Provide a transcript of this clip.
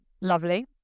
Lovely